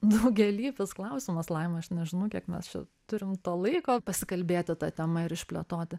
daugialypis klausimas laima aš nežinau kiek mes čia turim to laiko pasikalbėti ta tema ir išplėtoti